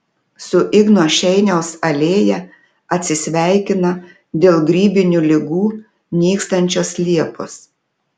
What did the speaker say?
su igno šeiniaus alėja atsisveikina dėl grybinių ligų nykstančios liepos